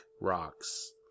rocks